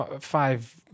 five